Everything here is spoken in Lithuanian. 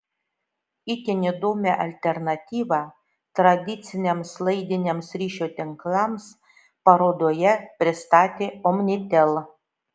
itin įdomią alternatyvą tradiciniams laidiniams ryšio tinklams parodoje pristatė omnitel